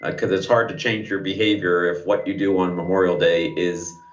ah cause it's hard to change your behavior if what you do on memorial day is